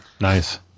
nice